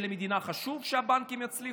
למדינה חשוב שהבנקים יצליחו,